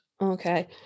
Okay